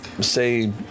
say